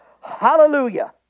Hallelujah